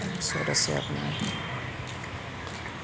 তাৰ পিছত আছে আপোনাৰ